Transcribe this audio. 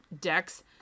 decks